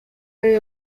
ariwe